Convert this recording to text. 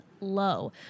low